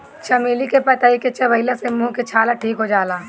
चमेली के पतइ के चबइला से मुंह के छाला ठीक हो जाला